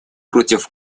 против